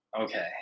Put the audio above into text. Okay